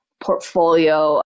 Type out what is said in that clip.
portfolio